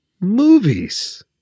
movies